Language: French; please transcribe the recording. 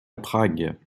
prague